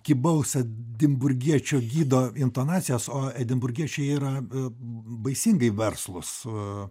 kibaus edinburgiečio gydo intonacijas o edinburgiečiai yra baisingai verslus